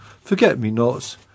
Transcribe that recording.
forget-me-nots